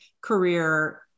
career